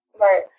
Right